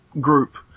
group